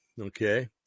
okay